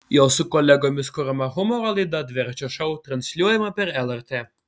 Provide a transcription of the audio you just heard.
jo su kolegomis kuriama humoro laida dviračio šou transliuojama per lrt